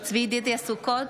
בהצבעה צבי ידידיה סוכות,